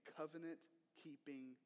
covenant-keeping